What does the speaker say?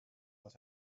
was